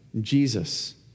Jesus